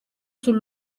sul